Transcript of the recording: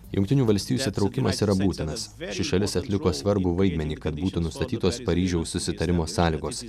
jungtinių valstijų įsitraukimas yra būtinas ši šalis atliko svarbų vaidmenį kad būtų nustatytos paryžiaus susitarimo sąlygos